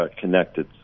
connected